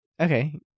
Okay